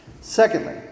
Secondly